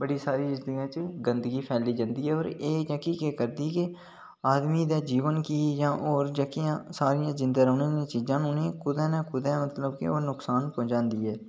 बडी सारी गंदगी फैली जंदी ऐ एह् जेह्की केह् करदी कि आदमी दे जीवन गी जां होर जेह्कि्यां सारियां जिंदा रौह्ने आहलियां चीजां न कुतै ना कुतै नुक्सान पजादियां न